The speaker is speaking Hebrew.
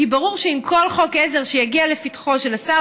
כי ברור שכל חוק עזר שיגיע לפתחו של שר